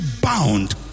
bound